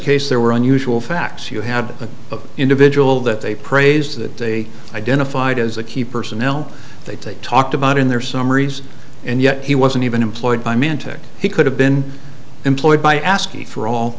case there were unusual facts you had an individual that they praised that they identified as the key personnel they talked about in their summaries and yet he wasn't even employed by mantic he could have been employed by ascii for all